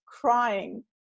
crying